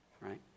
Right